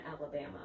Alabama